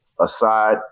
aside